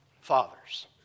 fathers